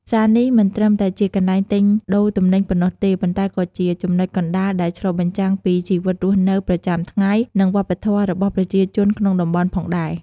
ផ្សារនេះមិនត្រឹមតែជាកន្លែងទិញដូរទំនិញប៉ុណ្ណោះទេ ប៉ុន្តែក៏ជាចំណុចកណ្ដាលដែលឆ្លុះបញ្ចាំងពីជីវិតរស់នៅប្រចាំថ្ងៃ និងវប្បធម៌របស់ប្រជាជនក្នុងតំបន់ផងដែរ។